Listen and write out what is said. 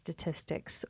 statistics